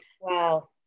wow